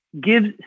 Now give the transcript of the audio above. gives